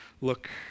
look